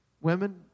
women